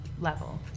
level